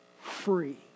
free